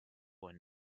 one